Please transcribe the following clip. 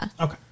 Okay